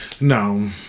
No